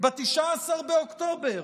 ב-19 באוקטובר,